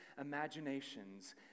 imaginations